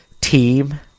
team